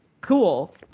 cool